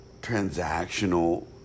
transactional